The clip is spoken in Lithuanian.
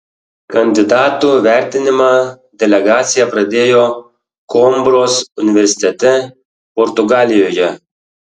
kandidatų vertinimą delegacija pradėjo koimbros universitete portugalijoje